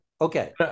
Okay